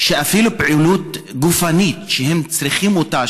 ואפילו פעילות גופנית שהם צריכים אותה,